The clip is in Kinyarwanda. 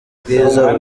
bwiza